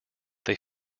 they